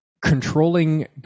controlling